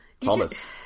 Thomas